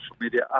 media